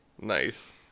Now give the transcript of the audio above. nice